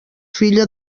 filla